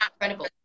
incredible